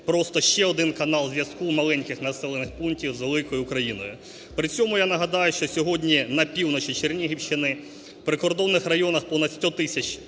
просто ще один канал зв'язку маленьких населених пунктів з великою Україною. При цьому я нагадаю, що сьогодні на півночі Чернігівщини в прикордонних районах понад сто тисяч